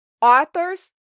authors